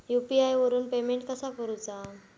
UPI वरून payment कसा करूचा?